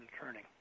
Turning